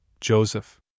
Joseph